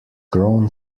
grown